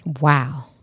Wow